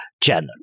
channel